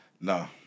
No